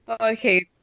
Okay